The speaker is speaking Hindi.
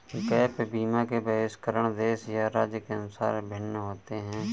गैप बीमा के बहिष्करण देश या राज्य के अनुसार भिन्न होते हैं